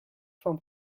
from